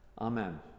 Amen